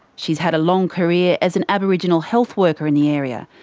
she's had a long career as an aboriginal health worker in the area,